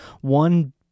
one